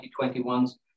2021's